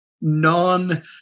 non